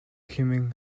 хэмээн